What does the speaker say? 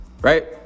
Right